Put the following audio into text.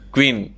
Queen